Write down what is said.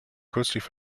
kürzlich